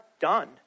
done